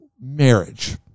marriage